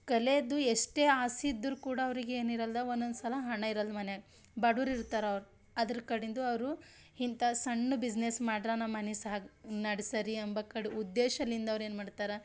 ಕಲೆಯದೂ ಎಷ್ಟೇ ಆಸೆ ಇದ್ದರೂ ಕೂಡ ಅವ್ರಿಗೆ ಏನಿರಲ್ಲ ಒಂದೊಂದು ಸಲ ಹಣ ಇರಲ್ಲ ಮನ್ಯಾಗ ಬಡುರು ಇರ್ತಾರೆ ಅವ್ರು ಅದ್ರ ಕಡಿಂದು ಅವರು ಇಂಥ ಸಣ್ಣ ಬಿಸ್ನೆಸ್ ಮಾಡ್ರ ನಮ್ಮ ಮನೆ ಸಾಗ ನಡೆಸರಿ ಎಂಬಕಡ ಉದ್ದೇಶದಿಂದ ಅವ್ರು ಏನು ಮಾಡ್ತಾರ